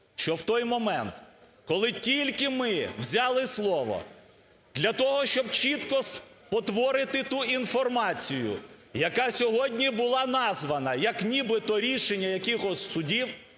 що в той момент, коли тільки ми взяли слово для того, щоб чітко спотворити ту інформацію, яка сьогодні була названа як нібито рішення якихось судів,